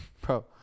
Bro